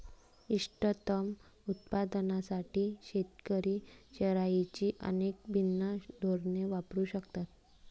इष्टतम उत्पादनासाठी शेतकरी चराईची अनेक भिन्न धोरणे वापरू शकतात